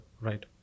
right